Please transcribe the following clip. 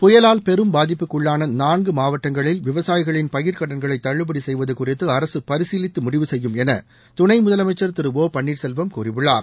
புயலால் பெரும் பாதிப்புக்குஉள்ளானநான்குமாவட்டங்களில் விவசாயிகளின் பயிர்க்கடன்களைதள்ளுபடிசெய்வதுகுறித்துஅரசுபரிசீலித்துமுடிவு செய்யும் எனதுணைமுதலமைச்சர் திரு ஓ பன்னீர்செல்வம் கூறியுள்ளார்